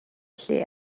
lle